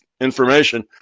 information